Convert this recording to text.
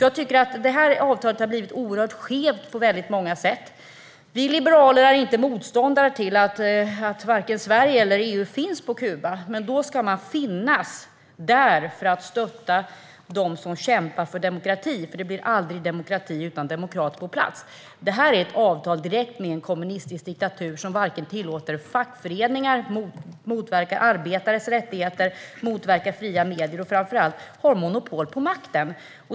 Jag tycker att detta avtal har blivit oerhört skevt på väldigt många sätt. Vi liberaler är inte motståndare till att Sverige eller EU finns på Kuba, men då ska man finnas där för att stötta dem som kämpar för demokrati, för det blir aldrig demokrati utan demokrater på plats. Detta är ett avtal direkt med en kommunistisk diktatur som inte tillåter fackföreningar, som motverkar arbetares rättigheter, som motverkar fria medier och som - framför allt - har monopol på makten.